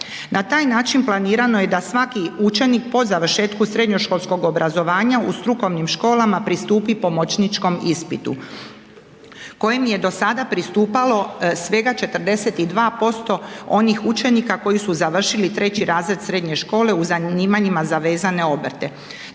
Na taj način planirano je da svaki učenik po završetku srednjoškolskog obrazovanja u strukovnim školama pristupi pomoćničkom ispitu kojem je do sada pristupalo svega 42% onih učenika koji su završili 3. razred srednje škole u zanimanja za vezane obrte.